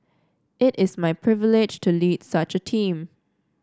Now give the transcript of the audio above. it is my privilege to lead such a team